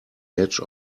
edge